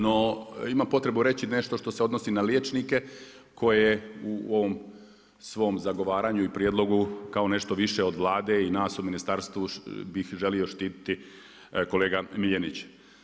No, imam potrebu reći nešto što se odnosi na liječnike koje u ovom svom zagovaranju i prijedlogu kao nešto više od Vlade i nas u ministarstvu bih želio štititi kolega Miljenić.